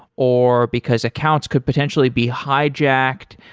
or because accounts could potentially be hijacked.